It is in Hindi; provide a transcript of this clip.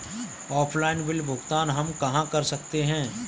ऑफलाइन बिल भुगतान हम कहां कर सकते हैं?